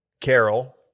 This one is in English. Carol